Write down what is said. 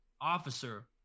officer